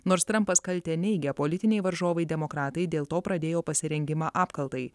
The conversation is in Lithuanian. nors trampas kaltę neigia politiniai varžovai demokratai dėl to pradėjo pasirengimą apkaltai